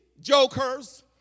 jokers